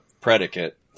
predicate